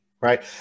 right